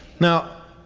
now,